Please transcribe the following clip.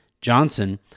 Johnson